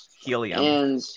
Helium